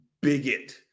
bigot